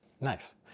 Nice